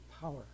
power